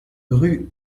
rue